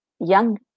young